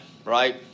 Right